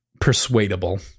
persuadable